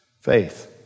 Faith